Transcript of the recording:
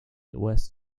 west